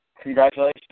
congratulations